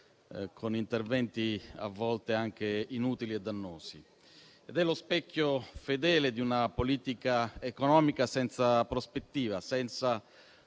con interventi a volte anche inutili e dannosi; lo specchio fedele di una politica economica senza prospettiva, senza